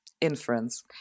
inference